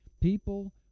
people